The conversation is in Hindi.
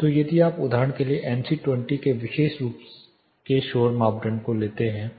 तो यदि आप उदाहरण के लिए NC20 के लिए विशेष रूप से शोर मानदंड लेते हैं